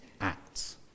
acts